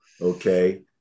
Okay